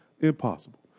impossible